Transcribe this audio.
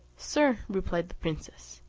sir, replied the princess,